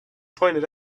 pointed